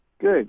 Good